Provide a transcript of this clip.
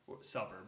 suburb